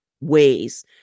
ways